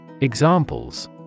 Examples